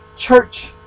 Church